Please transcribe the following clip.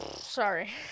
Sorry